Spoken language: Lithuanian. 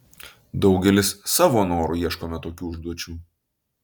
daugelis savo noru ieškome tokių užduočių